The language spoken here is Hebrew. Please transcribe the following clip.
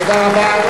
תודה רבה.